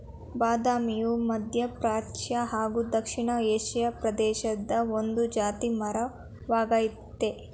ಬಾದಾಮಿಯು ಮಧ್ಯಪ್ರಾಚ್ಯ ಹಾಗೂ ದಕ್ಷಿಣ ಏಷಿಯಾ ಪ್ರದೇಶದ ಒಂದು ಜಾತಿ ಮರ ವಾಗಯ್ತೆ